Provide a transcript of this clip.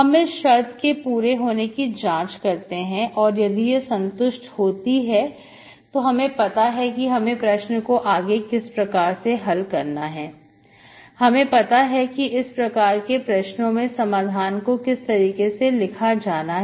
हम इस शर्त के पूरे होने की जांच करते हैं और यदि यह संतुष्ट होती है तो हमें पता है कि हमें प्रश्न को आगे किस प्रकार से हल करना है हमें पता है कि इस प्रकार के प्रश्नों में समाधान को किस तरीके से लिखा जाना है